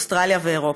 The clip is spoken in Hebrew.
אוסטרליה ואירופה.